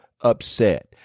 upset